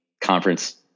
conference